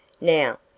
Now